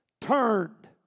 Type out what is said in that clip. turned